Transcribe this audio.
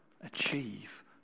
achieve